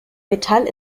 metall